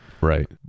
Right